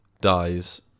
dies